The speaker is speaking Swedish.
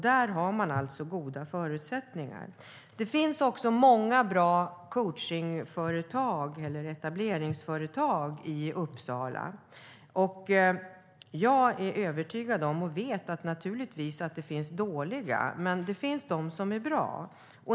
Där har man goda förutsättningar. Det finns också många bra coachningsföretag eller etableringsföretag i Uppsala. Jag vet att det naturligtvis finns de som är dåliga, men det finns de som är bra.